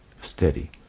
steady